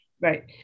Right